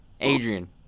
Adrian